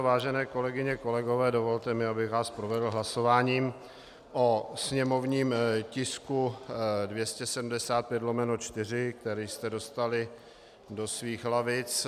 Vážené kolegyně, kolegové, dovolte mi, abych vás provedl hlasováním o sněmovním tisku 275/4, který jste dostali do svých lavic.